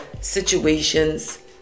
situations